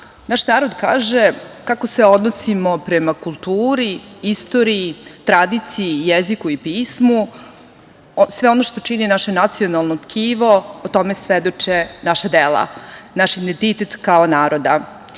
naš narod kaže - kako se odnosimo prema kulturi, istoriji, tradiciji, jeziku i pismu, sve ono što čini naše nacionalno tkivo, o tome svedoče naša dela, naš identitet kao naroda. Još